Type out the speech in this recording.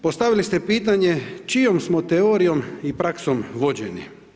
Postavili ste pitanje čijom smo teorijom i praksom vođeni?